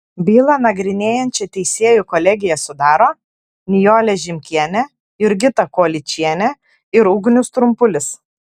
bylą nagrinėjančią teisėjų kolegiją sudaro nijolė žimkienė jurgita kolyčienė ir ugnius trumpulis